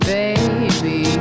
baby